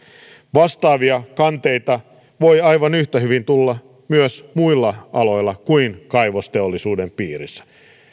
vastaavia kanteita voi aivan yhtä hyvin tulla myös muilla aloilla kuin kaivosteollisuuden piirissä